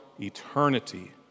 eternity